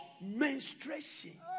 menstruation